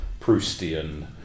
Proustian